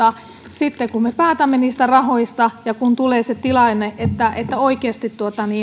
sitten kun me päätämme niistä rahoista ja kun tulee tilanne että että oikeasti